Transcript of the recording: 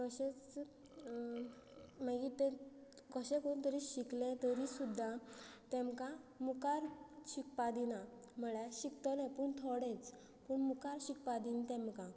तशेंच मागीर ते कशें करून तरी शिकले तरी सुद्दां तेमकां मुखार शिकपा दिना म्हळ्यार शिकतले पूण थोडेंच पूण मुखार शिकपा दिना तेमकां